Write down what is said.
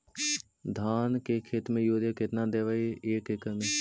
धान के खेत में युरिया केतना देबै एक एकड़ में?